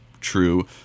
true